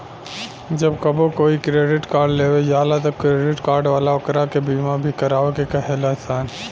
जब कबो कोई क्रेडिट कार्ड लेवे जाला त क्रेडिट कार्ड वाला ओकरा के बीमा भी करावे के कहे लसन